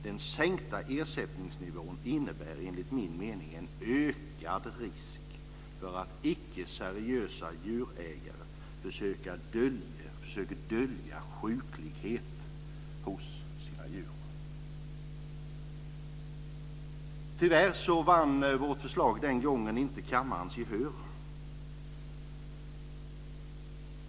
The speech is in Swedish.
Den sänkta ersättningsnivån innebär enligt min mening en ökad risk för att icke seriösa djurägare försöker dölja sjuklighet hos sina djur. Tyvärr vann inte vårt förslag den gången gehör.